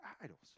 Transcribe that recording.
idols